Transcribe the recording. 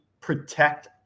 protect